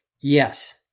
Yes